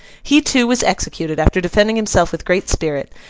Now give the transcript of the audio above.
he, too, was executed, after defending himself with great spirit,